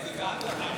הצבעה.